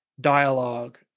dialogue